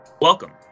Welcome